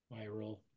Viral